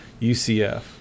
UCF